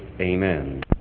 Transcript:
Amen